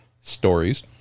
stories